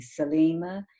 Salima